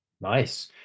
Nice